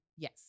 Yes